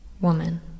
woman